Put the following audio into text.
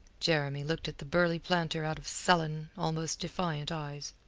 jeremy looked at the burly planter out of sullen, almost defiant eyes.